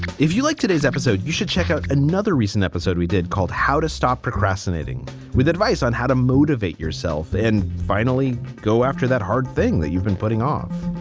if you like today's episode, you should check out another recent episode we did called how to stop procrastinating with advice on how to motivate yourself and finally go after that hard thing that you've been putting off.